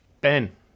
Ben